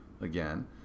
again